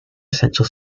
essential